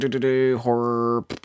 Horror